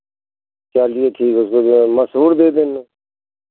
चलिए ठीक है जो भी है मसूर दे देना